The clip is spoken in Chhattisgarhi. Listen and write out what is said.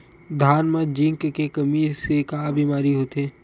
धान म जिंक के कमी से का बीमारी होथे?